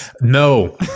no